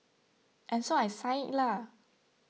and so I signed it lah